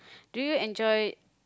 do you enjoy